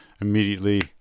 immediately